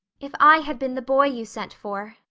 if i had been the boy you sent for,